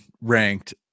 ranked